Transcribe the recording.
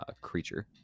creature